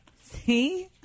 See